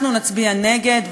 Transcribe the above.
אנחנו נצביע נגד,